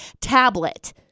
tablet